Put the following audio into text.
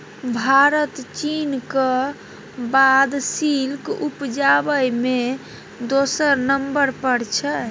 भारत चीनक बाद सिल्क उपजाबै मे दोसर नंबर पर छै